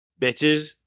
Bitches